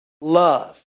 love